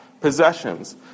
possessions